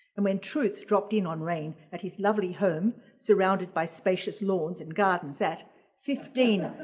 and when truth dropped in on raine at his lovely home surrounded by spacious lawns and gardens at fifteen